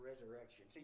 resurrection